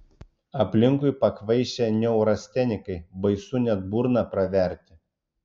aplinkui pakvaišę neurastenikai baisu net burną praverti